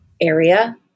area